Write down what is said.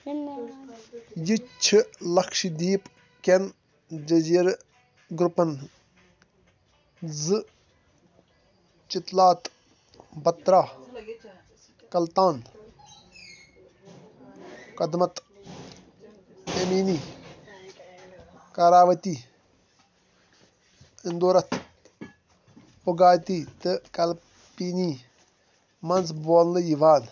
یہِ چھِ لَکشہٕ دیٖپ کٮ۪ن جٔزیٖرٕ گوپَن زٕ چِتلات بترا کلتان قدمت أمیٖنی کاراؤتی اِنٛدورَتھ اُگاتی تہٕ کَلپیٖنی منٛز بولنہٕ یِوان